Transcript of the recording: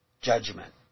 Judgment